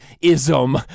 ism